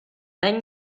then